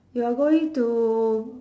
you are going to